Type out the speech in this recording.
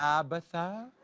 tabatha?